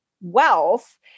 wealth